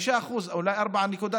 רק 5%, אולי 4.9%,